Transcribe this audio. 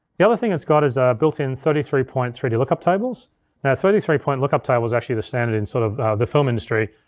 the other thing it's got is built-in thirty three point three d lookup tables. now thirty three point lookup tables are actually the standard in sort of the film industry.